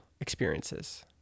experiences